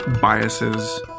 biases